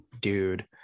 dude